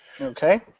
Okay